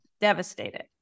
Devastated